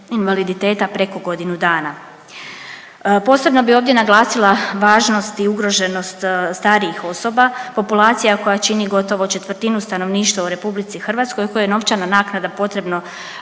invaliditeta preko godinu dana. Posebno bi ovdje naglasila važnost i ugroženost starijih osoba, populacija koja čini gotovo četvrtinu stanovništva u RH kojoj je novčana naknada potrebna